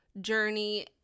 journey